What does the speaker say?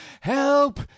help